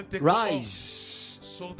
Rise